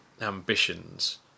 ambitions